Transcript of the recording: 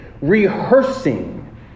rehearsing